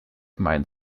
meint